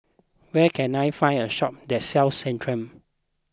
where can I find a shop that sells Centrum